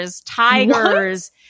tigers